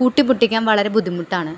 കൂട്ടിമുട്ടിക്കാൻ വളരെ ബുദ്ധിമുട്ടാണ്